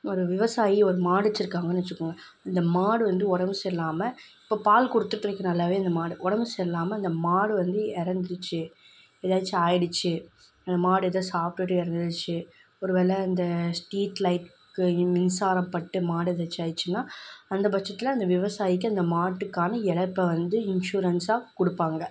ஒரு விவசாயி ஒரு மாடு வச்சுருக்காங்கனு வச்சுக்கோங்க அந்த மாடு வந்து உடம்பு சரியில்லாமல் இப்போ பால் கொடுத்துட்டுருக்கு நல்லாவே அந்த மாடு உடம்பு சரியில்லாமல் அந்த மாடு வந்து இறந்துடுச்சு ஏதாச்சு ஆகிடுச்சு அந்த மாடு எதோ சாப்பிட்டுட்டே இறந்துடுச்சு ஒரு வேளை இந்த ஸ்ட்ரீட் லைட்க்கு மின்சாரம் பட்டு மாடு ஏதாச்சும் ஆயிடுசின்னா அந்த பட்சத்தில் அந்த விவசாயிக்கு அந்த மாட்டுக்கான இழப்ப வந்து இன்சூரன்ஸ்ஸாக கொடுப்பாங்க